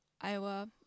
Iowa